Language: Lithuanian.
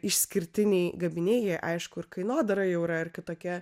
išskirtiniai gaminiai jie aišku ir kainodara jau yra ir kitokia